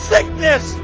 Sickness